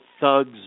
thugs